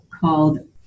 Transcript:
called